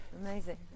amazing